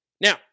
Now